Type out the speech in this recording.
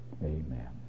Amen